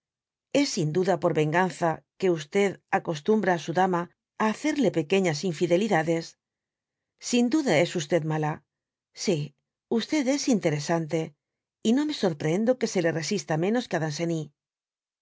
es sin duda por venganza que acostumbra á su dama á hacerle pequeñas infidelidades sin duda es mala si es interesante y no me sarpreheado que se le resista mévm que á